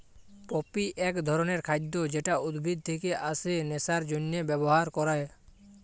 poppy এক ধরণের খাদ্য যেটা উদ্ভিদ থেকে আসে নেশার জন্হে ব্যবহার ক্যরে